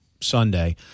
Sunday